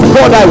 God